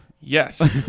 Yes